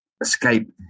escape